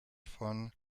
von